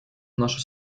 наши